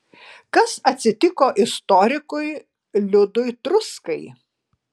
kas atsitiko istorikui liudui truskai